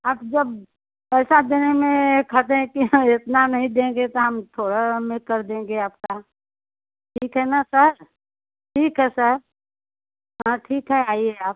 आप जब पैसा देने में कहते है कि हाँ एतना नहीं देंगे तो हम थोड़ा में कर देंगे आपका ठीक है ना सर ठीक है सर हाँ ठीक है आइए आप